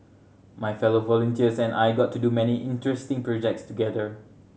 my fellow volunteers and I got to do many interesting projects together